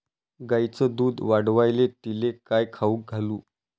गायीचं दुध वाढवायले तिले काय खाऊ घालू?